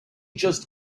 just